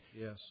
Yes